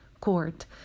court